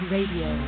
Radio